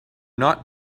not